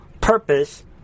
purpose